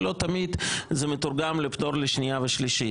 ולא תמיד זה מתורגם לפטור לשנייה ולשלישית.